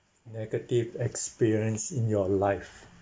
negative experience in your life